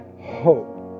hope